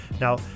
Now